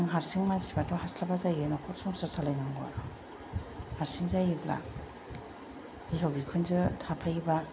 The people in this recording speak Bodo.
नों हारसिं मानसिब्लाथ' हास्लाबा जायो न'खर संसार सालायनांगौआ हारसिं जायोब्ला बिहाव बिखुनजो थाफायोब्ला